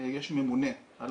יש ממונה.